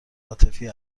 عاطفی